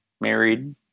married